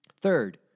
Third